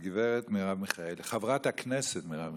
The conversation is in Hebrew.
והגברת מרב מיכאלי, חברת הכנסת מרב מיכאלי.